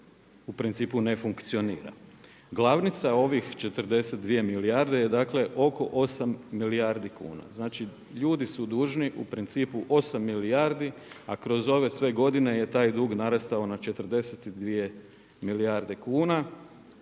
u principu, ne funkcionira. Glavnica ovih 42 milijarde je dakle, oko 8 milijardi kuna, znači ljudi su dužni u principu 8 milijardi, a kroz ove sve godine je taj dug narastao na 42 milijarde kuna,